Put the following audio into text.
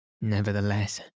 Nevertheless